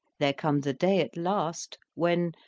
there comes a day at last, when,